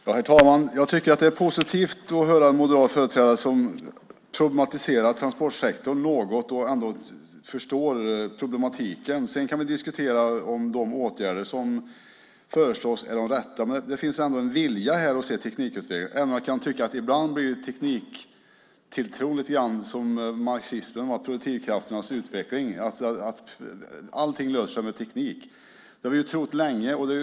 Herr talman! Jag tycker att det är positivt att höra en moderat företrädare som problematiserar transportsektorn något och ändå förstår problematiken. Vi kan diskutera om de åtgärder som föreslås är de rätta, men det finns ändå en vilja att se teknikutvecklingen. Jag kan visserligen tycka att tilltron till tekniken ibland blir som marxismens teori om produktivkrafternas utveckling, det vill säga att allting löser sig med teknik. Det har vi trott länge.